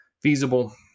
feasible